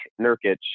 Nurkic